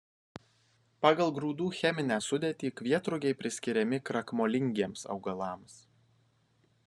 pagal grūdų cheminę sudėtį kvietrugiai priskiriami krakmolingiems augalams